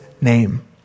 name